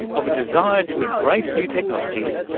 of a desire to embrace new technologies,